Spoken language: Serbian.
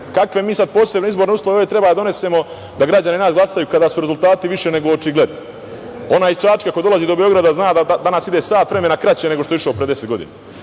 Kakve mi sad posebne izborne uslove ovde treba da donesemo da građani za nas glasaju kada su rezultati više nego očigledni? Onaj iz Čačka koji dolazi do Beograda zna da danas ide sat vremena kraće nego što je išao pre 10 godina.